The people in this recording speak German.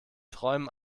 träumen